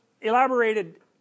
elaborated